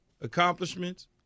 accomplishments